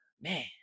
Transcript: man